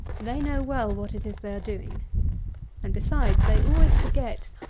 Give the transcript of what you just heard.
they know well what it is they are doing and besides, they always forget,